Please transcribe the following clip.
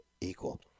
equal